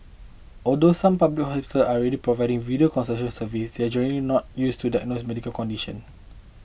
although some public hospital are already providing video consultation services they are generally not used to diagnose medical condition